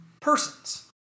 persons